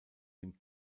dem